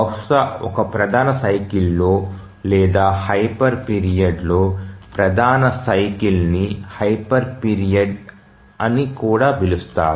బహుశా ఒక ప్రధాన సైకిల్లో లేదా హైపర్ పీరియడ్ లో ప్రధాన సైకిల్ని హైపర్ పీరియడ్ అని కూడా పిలుస్తారు